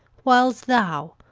whiles thou,